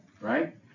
right